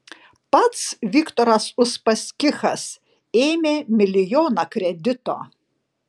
pats viktoras uspaskichas ėmė milijoną kredito